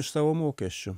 iš savo mokesčių